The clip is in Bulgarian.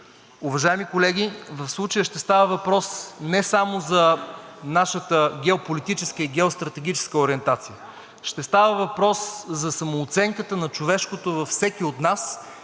Уважаеми колеги, в случая ще става въпрос не само за нашата геополитическа и геостратегическа ориентация, ще става въпрос за самооценката на човешкото във всеки от нас